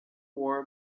war